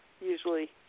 usually